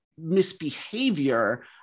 Misbehavior